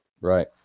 Right